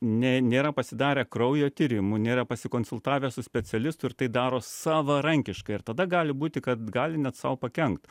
ne nėra pasidarę kraujo tyrimų nėra pasikonsultavę su specialistu ir tai daro savarankiškai ir tada gali būti kad gali net sau pakenkt